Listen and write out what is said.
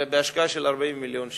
בהשקעה של 40 מיליון שקלים.